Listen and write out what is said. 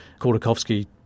Kordakovsky